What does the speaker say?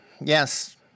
Yes